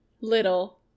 little